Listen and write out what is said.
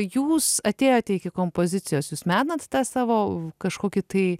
jūs atėjote iki kompozicijos jūs menat tą savo kažkokį tai